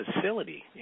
facility